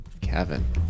Kevin